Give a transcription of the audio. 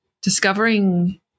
discovering